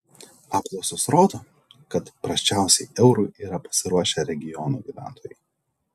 apklausos rodo kad prasčiausiai eurui yra pasiruošę regionų gyventojai